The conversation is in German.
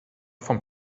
vom